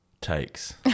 takes